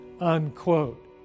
unquote